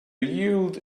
yield